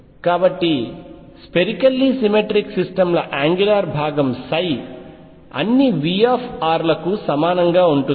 కాబట్టి spherically symmetric system ల angular భాగం అన్ని V లకు సమానంగా ఉంటుంది